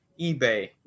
eBay